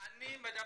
אני מדבר,